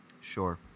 Sure